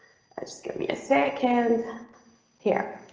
just give me a second here.